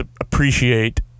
appreciate